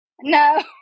No